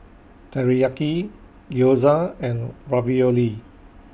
Teriyaki Gyoza and Ravioli